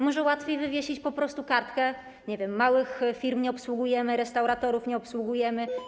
Może łatwiej wywiesić po prostu kartkę: małych firm nie obsługujemy, restauratorów nie obsługujemy.